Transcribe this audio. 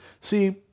See